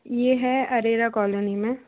ये है अरेरा कॉलोनी में